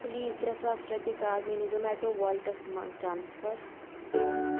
please ترٛےٚ ساس رۄپیہِ کر میٲنِس زومیٹو والٹس مَنٛز ٹرانسفر